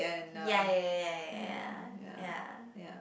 ya ya ya ya ya ya